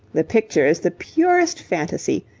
the picture is the purest phantasy,